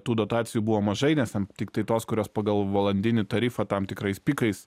tų dotacijų buvo mažai nes ten tiktai tos kurios pagal valandinį tarifą tam tikrais pikais